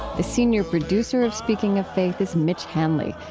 the senior producer of speaking of faith is mitch hanley,